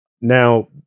Now